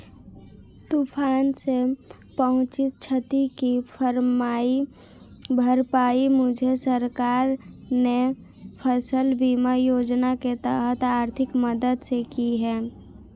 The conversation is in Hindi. तूफान से पहुंची क्षति की भरपाई मुझे सरकार ने फसल बीमा योजना के तहत आर्थिक मदद से की है